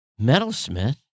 metalsmith